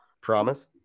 Promise